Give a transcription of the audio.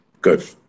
good